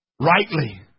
Rightly